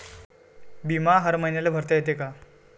बिमा हर मईन्याले भरता येते का?